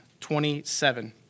27